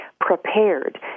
prepared